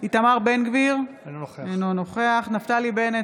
איתמר בן גביר, אינו נוכח נפתלי בנט,